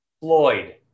Floyd